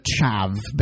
Chav